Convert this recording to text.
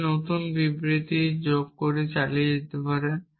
আপনি নতুন বিবৃতি যোগ করা চালিয়ে যেতে পারেন